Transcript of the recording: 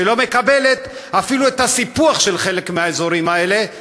שלא מקבלת אפילו את הסיפוח של חלק מהאזורים האלה,